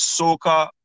soca